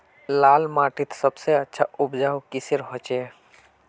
लाल माटित सबसे अच्छा उपजाऊ किसेर होचए?